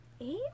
Eight